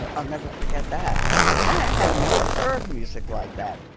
ah i'll never forget that i had never heard music like that.